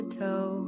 toe